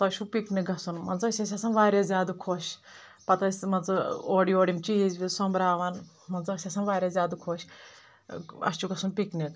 تۄہہِ چھو پکنک گژھُن مان ژٕ أسۍ ٲسۍ آسان واریاہ زیادٕ خۄش پتہِ ٲسۍ مان ژٕ اور یور یم چیز ویز سۄمبراوان مان ژٕ أسۍ ٲسۍ آسان واریاہ زیادٕ خۄش اَسہِ چھ گژھن پکنک